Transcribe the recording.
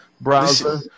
browser